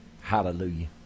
Hallelujah